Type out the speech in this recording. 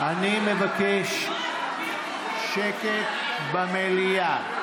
אני מבקש שקט במליאה.